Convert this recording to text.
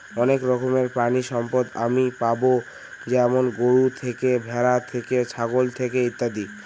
অনেক রকমের প্রানীসম্পদ আমি পাবো যেমন গরু থেকে, ভ্যাড়া থেকে, ছাগল থেকে ইত্যাদি